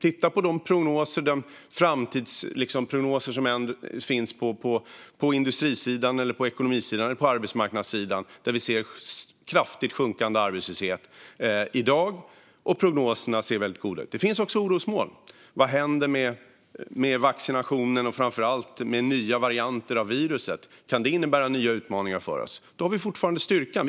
Titta på de framtidsprognoser som finns på industrisidan, på ekonomisidan och på arbetsmarknadssidan! Vi ser kraftigt sjunkande arbetslöshet i dag, och prognoserna ser väldigt goda ut. Det finns också orosmoln. Vad händer med vaccinationen och, framför allt, med nya varianter av viruset? Kan det innebära nya utmaningar för oss? Då har vi fortfarande styrkan.